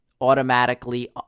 automatically